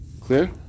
clear